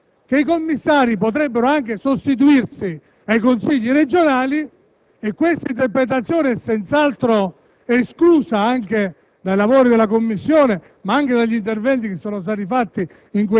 Quello che però mi preoccupa dal punto di vista costituzionale e istituzionale è che il secondo comma di tale articolo, nel prevedere che in caso di inadempienza il Governo nomini commissari *ad acta*,